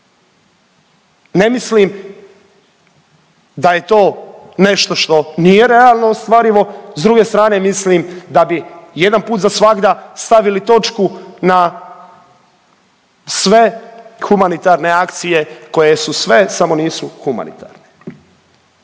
Ne mislim da je to nešto što nije realno ostvarivo. S druge strane mislim da bi jedan put za svagda stavili točku na sve humanitarne akcije koje su sve samo nisu humanitarne.